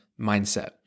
mindset